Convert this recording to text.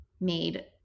made